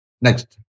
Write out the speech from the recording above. Next